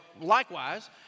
likewise